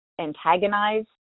antagonize